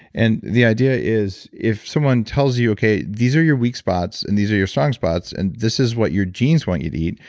and the idea is if someone tells you, okay, these are your weak spots, and these are your strong spots and this is what your genes want you to eat.